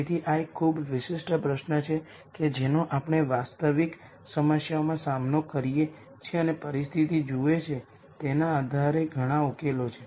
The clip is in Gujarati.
તેથી આ એક ખૂબ જ વિશિષ્ટ પ્રશ્ન છે જેનો આપણે વાસ્તવિક સમસ્યાઓમાં સામનો કરીએ છીએ અને પરિસ્થિતિ જુએ છે તેના આધારે ઘણા ઉકેલો છે